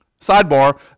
Sidebar